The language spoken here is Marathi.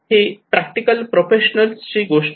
ही प्रॅक्टिकल प्रोफेशनल ची गोष्ट आहे